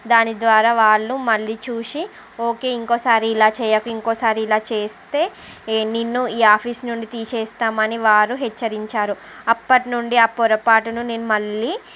దాని ద్వారా వాళ్ళు మళ్ళీ చూసి ఓకే ఇంకోసారి ఇలా చేయకు ఇంకోసారి ఇలా చేస్తే నేను నిన్నుఈ ఆఫీస్ నుండి తీసేస్తామని వారు హెచ్చరించారు అప్పటి నుండి ఆ పొరపాటును నేను మళ్ళీ